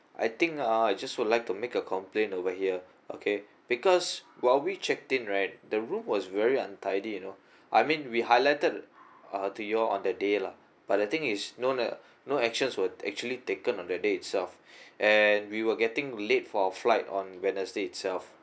I think uh I just would like to make a complaint over here okay because while we checked in right the room was very untidy you know I mean we highlighted uh to y'all on the day lah but the thing is no uh no actions were actually taken on the day itself and we were getting late for our flight on wednesday itself